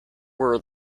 were